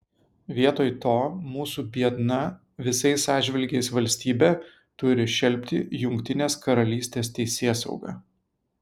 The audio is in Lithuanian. vietoj to mūsų biedna visais atžvilgiais valstybė turi šelpti jungtinės karalystės teisėsaugą